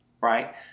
right